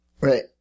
Right